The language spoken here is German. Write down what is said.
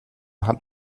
hat